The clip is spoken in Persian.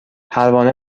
پروانه